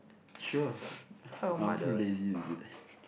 sure I'm too lazy to do that